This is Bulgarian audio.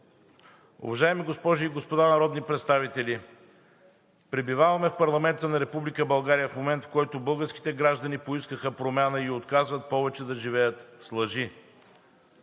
Уважаеми госпожи и господа народни представители, пребиваваме в парламента на Република България в момент, в който българските граждани поискаха промяна и отказват повече да живеят с лъжи.